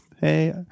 Hey